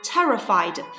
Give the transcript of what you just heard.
Terrified